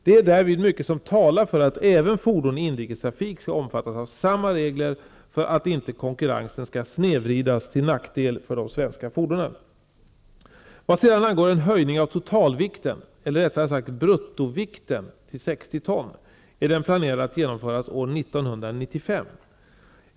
Det är därvid mycket som talar för att även fordon i inrikestrafik skall omfattas av samma regler för att inte konkurrensen skall snedvridas till nackdel för de svenska fordonen. Vad sedan angår en höjning av totalvikten, eller rättare sagt bruttovikten, till 60 ton är den planerad att genomföras år 1995.